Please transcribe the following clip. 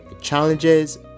challenges